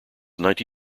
ninety